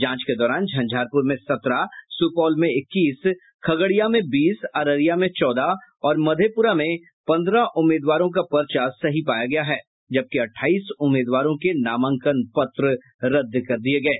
जांच के दौरान झंझारपुर में सत्रह सुपौल में इक्कीस खगड़िया में बीस अररिया में चौदह और मधेप्रा में पंद्रह उम्मीदवारों का पर्चा सही पाया गया है जबकि अठाईस उम्मीदवारों के नामांकन पत्र रद्द किये गये